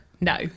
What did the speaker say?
No